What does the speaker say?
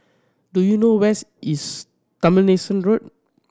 do you know where's is Tomlinson Road